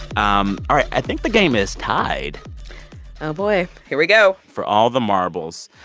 um all right, i think the game is tied oh, boy. here we go for all the marbles,